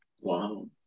wow